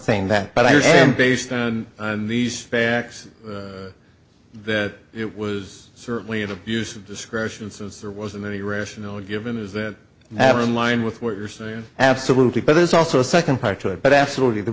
saying that but i am based on these facts that it was certainly an abuse of discretion since there wasn't any rational given is that after in line with what you're saying absolutely but there's also a second part to it but absolutely the